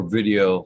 video